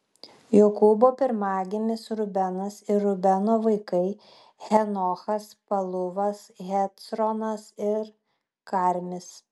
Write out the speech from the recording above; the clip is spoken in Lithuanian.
jokūbo pirmagimis rubenas ir rubeno vaikai henochas paluvas hecronas ir karmis